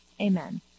Amen